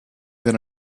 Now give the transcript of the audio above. than